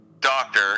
doctor